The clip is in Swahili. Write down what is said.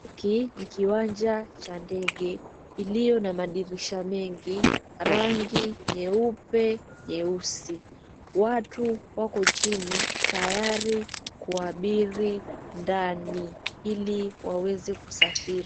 Hiki ni kiwanja cha ndege, iliyo na madirisha mengi, rangi nyeupe nyeusi. Watu wako chini, tayari kuabiri ndani ili waweze kusafiri.